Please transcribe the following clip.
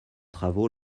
travaux